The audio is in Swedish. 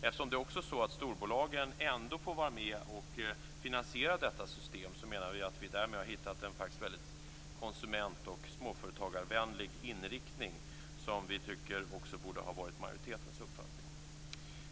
Eftersom storbolagen ändå får vara med och finansiera detta system menar vi att vi därmed faktiskt har hittat en väldigt konsument och småföretagarvänlig inriktning. Detta tycker vi borde ha varit också majoritetens uppfattning.